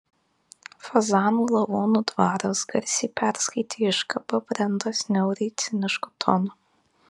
fazanų lavonų dvaras garsiai perskaitė iškabą brendas niauriai cinišku tonu